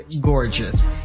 gorgeous